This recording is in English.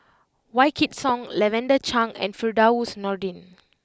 Wykidd Song Lavender Chang and Firdaus Nordin